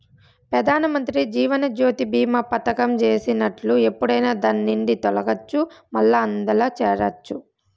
పెదానమంత్రి జీవనజ్యోతి బీమా పదకం చేసినట్లు ఎప్పుడైనా దాన్నిండి తొలగచ్చు, మల్లా అందుల చేరచ్చు